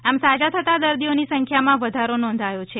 આમ સાજા થતાં દર્દીઓની સંખ્યામાં વધારો નોંધાયો છે